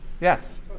Yes